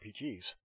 RPGs